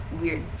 weird